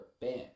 Bam